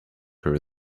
her